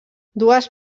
dues